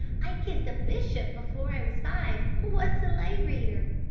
i kissed a bishop before i was five what's a lay reader?